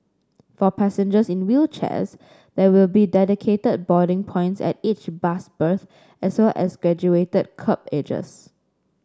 for passengers in wheelchairs there will be dedicated boarding points at each bus berth as well as graduated kerb edges